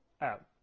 Out